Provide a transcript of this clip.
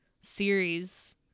series